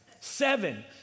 Seven